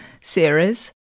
series